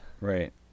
Right